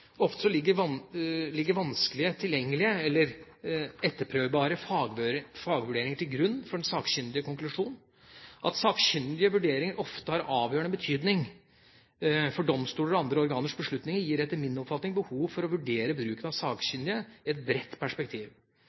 Ofte ligger vanskelig tilgjengelige eller etterprøvbare fagvurderinger til grunn for den sakkyndiges konklusjon. At sakkyndiges vurderinger ofte har avgjørende betydning for domstolers og andre organers beslutninger, gir etter min oppfatning behov for å vurdere bruken av sakkyndige i et bredt perspektiv.